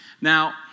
now